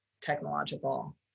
technological